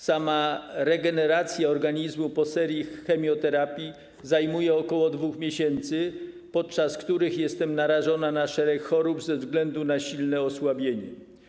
Sama regeneracja organizmu po serii chemioterapii zajmuje ok. 2 miesięcy, podczas których jestem narażona na szereg chorób ze względu na silne osłabienie.